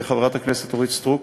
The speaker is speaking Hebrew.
וחברת הכנסת אורית סטרוק,